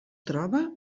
troba